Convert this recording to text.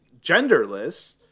genderless